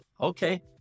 okay